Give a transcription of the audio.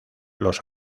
los